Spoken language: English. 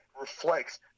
reflects